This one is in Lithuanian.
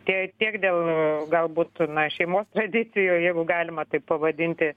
tie tiek dėl galbūt na šeimos tradicijų jeigu galima taip pavadinti